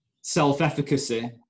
self-efficacy